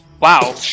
Wow